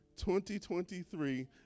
2023